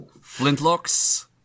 Flintlocks